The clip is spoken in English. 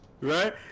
Right